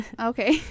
Okay